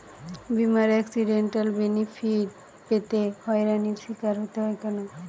বিমার accidental benefit পেতে হয়রানির স্বীকার হতে হয় কেন?